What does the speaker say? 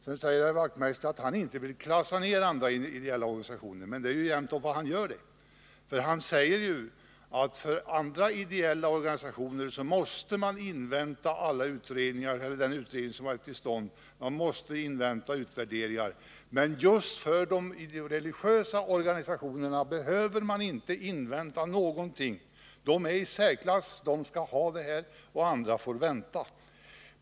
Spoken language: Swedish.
Herr Wachtmeister sade att han inte vill klassa ned andra ideella organisationer, men det är just jämnt vad han gör. Han säger ju att för andra ideella organisationer måste man invänta den utredning som arbetar, invänta utvärderingar. Men för de religiösa organisationerna behöver man inte invänta någonting. De står i särklass, och de skall ha det här, men andra får vänta.